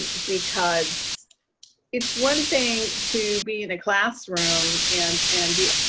because it's one thing to be in a classroom and and be